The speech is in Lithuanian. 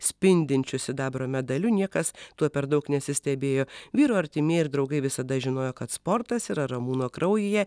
spindinčiu sidabro medaliu niekas tuo per daug nesistebėjo vyro artimieji ir draugai visada žinojo kad sportas yra ramūno kraujyje